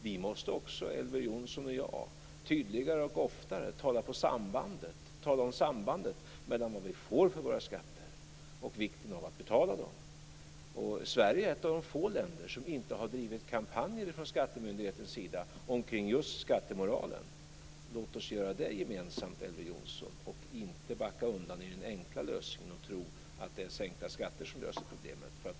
Vi måste också, Elver Jonsson och jag, tydligare och oftare tala om sambandet mellan vad vi får för våra skattepengar och vikten av att betala dem. Sverige är ett av de få länder som inte har drivit kampanjer från skattemyndigheternas sida om just skattemoralen. Låt oss göra det gemensamt, Elver Jonsson, och inte backa undan med den enkla lösningen och tro att det är sänkta skatter som löser problemet.